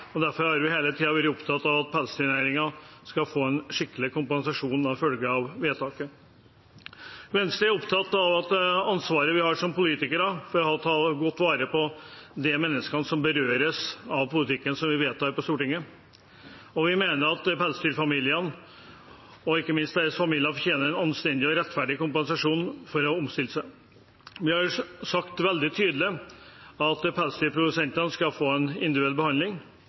skikkelig kompensasjon som følge av vedtaket. Venstre er opptatt av ansvaret vi har som politikere, ved å ta godt vare på de menneskene som berøres av politikken vi vedtar på Stortinget. Vi mener at pelsdyrbøndene og ikke minst deres familier fortjener en anstendig og rettferdig kompensasjon for å ha omstilt seg. Vi har sagt veldig tydelig at pelsdyrprodusentene skal få en individuell behandling.